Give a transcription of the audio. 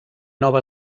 nova